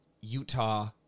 Utah